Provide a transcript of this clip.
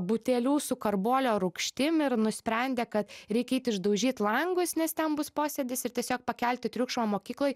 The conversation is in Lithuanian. butelių su karbolio rūgštim ir nusprendė kad reikia eit išdaužyt langus nes ten bus posėdis ir tiesiog pakelti triukšmą mokykloj